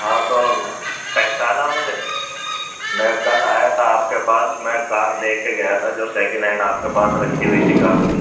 ہاں تو پہچانا مجھے میں کل آیا تھا آپ کے پاس میں کار دیکھ کے گیا تھا جو سکینڈ ہینڈ آپ کے پاس رکھی ہوئی تھی کار وہ